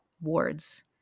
wards